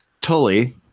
Tully